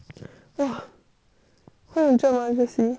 会很热吗 jessie